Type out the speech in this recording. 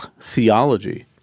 theology